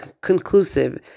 conclusive